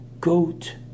goat